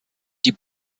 die